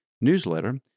newsletter